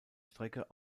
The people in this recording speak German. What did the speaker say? strecke